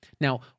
Now